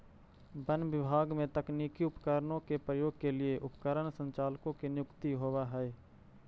वन विभाग में तकनीकी उपकरणों के प्रयोग के लिए उपकरण संचालकों की नियुक्ति होवअ हई